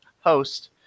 host